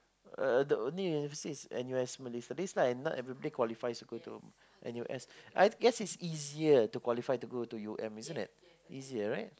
uh the only university is N_U_S Malay-Studies lah not everybody qualifies to go to N_U_S I guess it's easier to qualify to go to U_M isn't it easier right